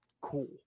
Cool